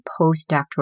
postdoctoral